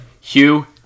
hugh